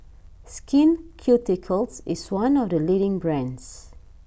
Skin Ceuticals is one of the leading brands